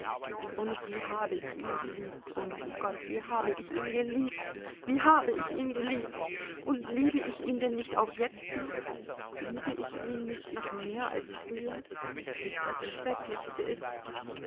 und wie habe ich ihn geliebt o mein gott wie habe ich ihn geliebt wie habe ich ihn geliebt und liebe ich ihn denn nicht auch jetzt noch liebe ich ihn nicht noch mehr als früher das schrecklichste ist